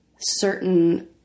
certain